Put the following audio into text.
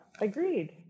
Agreed